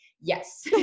yes